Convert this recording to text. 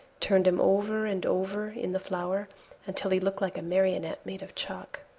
turned him over and over in the flour until he looked like a marionette made of chalk.